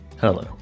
Hello